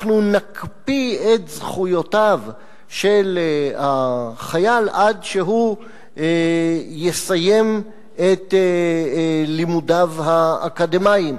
אנחנו נקפיא את זכויותיו של החייל עד שהוא יסיים את לימודיו האקדמיים.